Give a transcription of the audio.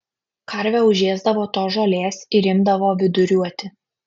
karvė užėsdavo tos žolės ir imdavo viduriuoti